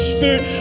Spirit